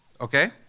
Okay